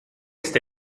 este